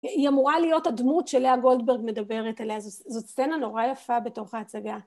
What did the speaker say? היא אמורה להיות הדמות שלאה גולדברג מדברת עליה, זאת סצינה נורא יפה בתוך ההצגה.